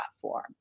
platform